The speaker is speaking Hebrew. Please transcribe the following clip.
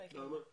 למה?